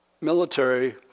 military